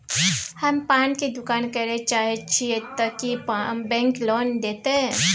हम पान के दुकान करे चाहे छिये ते की बैंक लोन देतै?